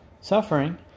suffering